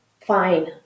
fine